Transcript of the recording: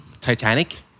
Titanic